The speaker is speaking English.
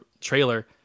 trailer